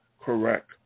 correct